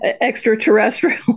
extraterrestrial